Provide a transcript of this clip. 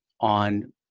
on